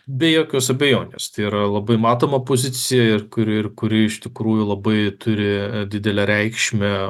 be jokios abejonės tai yra labai matoma pozicija ir kuri ir kuri iš tikrųjų labai turi didelę reikšmę